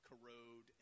corrode